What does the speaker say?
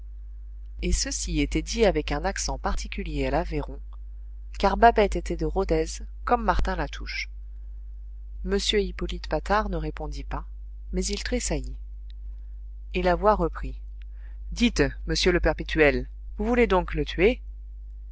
et ceci était dit avec un accent particulier à l'aveyron car babette était de rodez comme martin latouche m hippolyte patard ne répondit pas mais il tressaillit et la voix reprit dites monsieur le perpétuel vous voulez donc le tuer